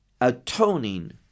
atoning